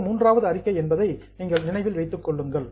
இது மூன்றாவது அறிக்கை என்பதை நீங்கள் நினைவில் வைத்துக் கொள்ளுங்கள்